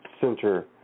Center